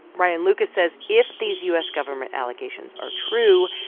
ryan lucas says if these u s. government allegations are true,